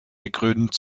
gekrönt